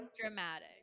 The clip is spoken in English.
dramatic